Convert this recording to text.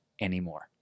anymore